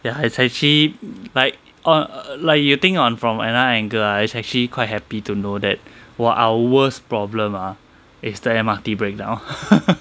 ya it's actually it like or like you think on from another angle ah it's actually quite happy to know that !wah! our worst problem ah is the M_R_T breakdown